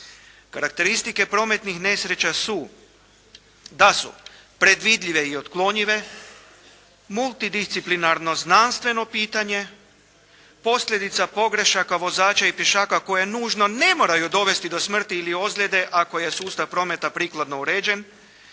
Karakteristike prometnih nesreća su da su predvidljive i otklonjive, multidisciplinarno znanstveno pitanje, posljedica pogrešaka vozača i pješaka koje nužno ne moraju dovesti do smrti ili ozljede, ako je sustav prometa prikladno uređen,